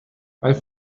mein